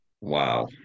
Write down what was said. wow